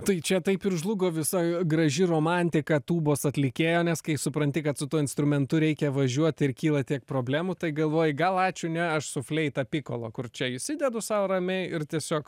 tai čia taip ir žlugo visa graži romantika tūbos atlikėjo nes kai supranti kad su tuo instrumentu reikia važiuoti ir kyla tiek problemų tai galvoji gal ačiū ne aš su fleita pikolo kur čia įsidedu sau ramiai ir tiesiog